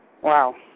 Wow